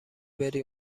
بری